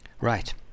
right